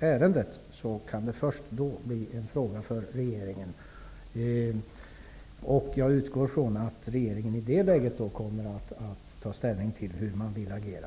ärendet kan bli en fråga för regeringen först när Riksåklagaren har avslutat det, och jag utgår från att regeringen i det läget kommer att ta ställning till hur man vill agera.